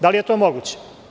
Da li je to moguće?